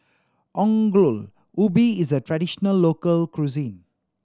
Ongol Ubi is a traditional local cuisine